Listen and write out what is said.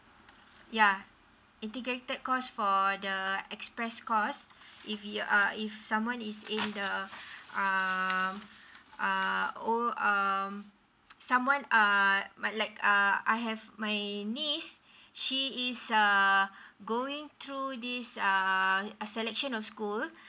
yeah integrated course for the uh express course if yo~ uh if someone is in the uh uh old uh someone uh my like uh I have my niece she is err going through this uh selection of school